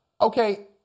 Okay